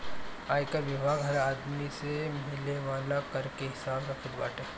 आयकर विभाग हर आदमी से मिले वाला कर के हिसाब रखत बाटे